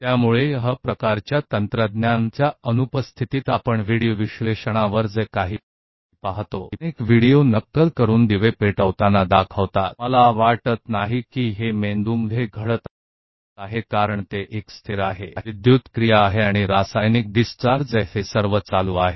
तो इस तरह की तकनीक के अभाव में आप वीडियो विश्लेषण पर क्या देखते हैं सभी सिम्युलेटेड कर्मचारियों को आप बहुत सारे वीडियो दिखाते हैं जहां फायरिंग को रोशनी में चलते हुए देखा जाता है मुझे नहीं लगता कि यह मस्तिष्क में हो रहा है क्योंकि यह है निरंतर चलने वाली विद्युत गतिविधि जारी है और रासायनिक डिस्चार्ज इन सभी को जारी रखता है